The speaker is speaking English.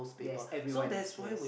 yes everyone yes